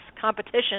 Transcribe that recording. competition